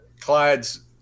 Clyde's